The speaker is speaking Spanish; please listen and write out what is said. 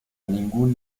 ningún